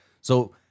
So-